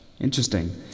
Interesting